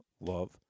love